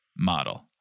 Model